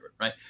Right